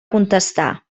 contestar